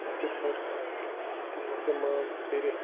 صِفَر استعمال کٔرِتھ